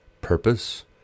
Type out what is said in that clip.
purpose